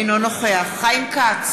אינו נוכח חיים כץ,